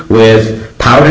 with powder